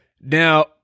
Now